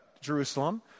Jerusalem